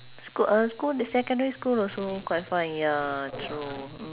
school uh school the secondary school also quite fun ya true mm